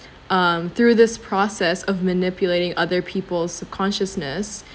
um through this process of manipulating other people's consciousness